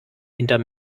hinter